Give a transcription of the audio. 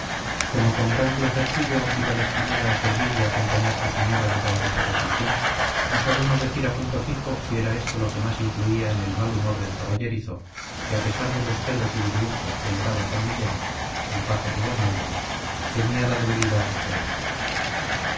como con gran placer suyo iba destinada a servir y acompañar a su señora durante su reclusión no sabemos decir a punto fijo si era esto lo que más influía en el mal humor del caballerizo que a pesar de los celos y disgustos que le daba con millán el paje de don álvaro tenía la debilidad de quererla